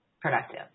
productive